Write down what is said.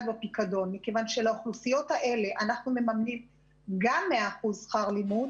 בפיקדון מכיוון שלאוכלוסיות האלה אנחנו מממנים גם 100% שר לימוד